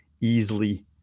easily